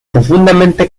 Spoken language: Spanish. profundamente